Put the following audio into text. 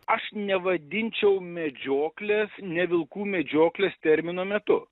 aš nevadinčiau medžioklės ne vilkų medžioklės termino metu